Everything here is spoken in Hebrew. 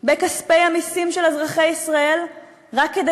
בכספי המסים של אזרחי ישראל רק כדי